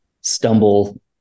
stumble